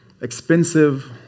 expensive